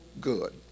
good